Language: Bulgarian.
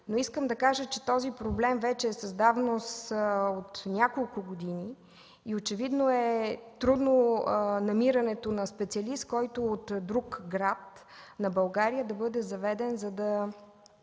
но искам да кажа, че този проблем вече е с давност от няколко години и очевидно е трудно намирането на специалист, който от друг град на България да бъде заведен, за да